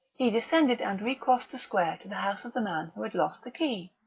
he descended and recrossed the square to the house of the man who had lost the key.